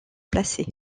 placer